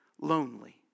lonely